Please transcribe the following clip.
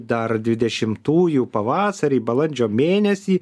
dar dvidešimtųjų pavasarį balandžio mėnesį